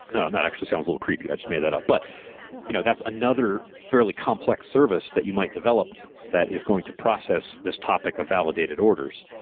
and that actually sounds a little creepy. i just made that up. but you know that's another fairly complex service that you might develop that is going to process this topic of validated orders.